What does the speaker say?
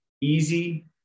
easy